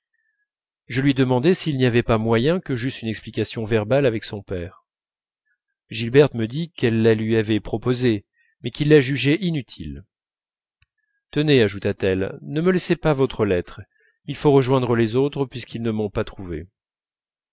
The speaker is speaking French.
je lui demandai s'il n'y avait pas moyen que j'eusse une explication verbale avec son père gilberte me dit qu'elle la lui avait proposée mais qu'il la jugeait inutile tenez ajouta-t-elle ne me laissez pas votre lettre il faut rejoindre les autres puisqu'ils ne m'ont pas trouvée